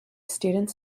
student